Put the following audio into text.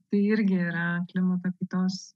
tai irgi yra klimato kaitos